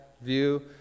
view